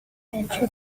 manchu